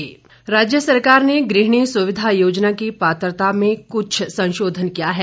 गृहिणी सुविधा राज्य सरकार ने गृहिणी सुविधा योजना की पात्रता में क्छ संशोधन किया है